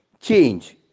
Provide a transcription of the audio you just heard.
change